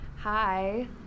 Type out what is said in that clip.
Hi